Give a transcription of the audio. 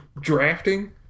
drafting